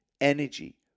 energy